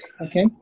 Okay